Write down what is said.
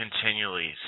continually